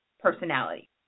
personality